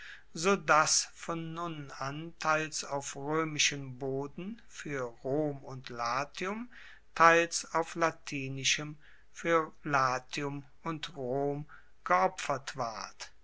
so dass von nun an teils auf roemischem boden fuer rom und latium teils auf latinischem fuer latium und rom geopfert ward